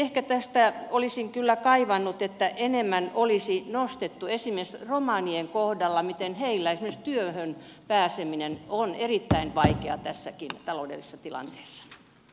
ehkä tästä olisin kyllä kaivannut erityisesti sitä että enemmän olisi nostettu esimerkiksi romanien kohdalla esiin se miten heillä esimerkiksi työhön pääseminen on erittäin vaikeaa tässäkin taloudellisessa tilanteessa